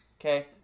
Okay